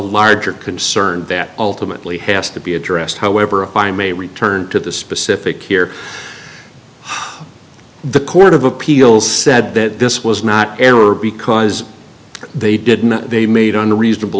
larger concern that ultimately has to be addressed however if i may return to the specific here the court of appeals said that this was not error because they did not they made on the reasonable